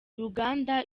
uganda